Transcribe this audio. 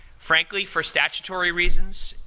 frankly, for statutory reasons,